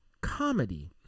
comedy